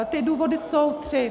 Ty důvody jsou tři.